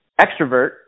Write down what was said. extrovert